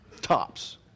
Tops